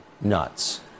nuts